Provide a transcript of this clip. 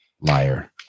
liar